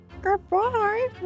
Goodbye